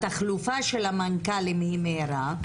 התחלופה של המנכ"לים היא מהירה,